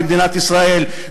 במדינת ישראל,